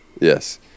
Yes